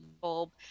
bulb